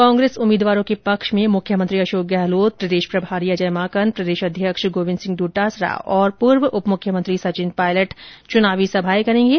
कांग्रेस उम्मीदवारों के पक्ष में मुख्यमंत्री अशोक गहलोत प्रदेश प्रभारी अजय माकन प्रदेश अध्यक्ष गोविन्द सिंह डोटासरा और पूर्व उप मुख्यमंत्री सचिन पायलट चुनावी सभाएं करेंगे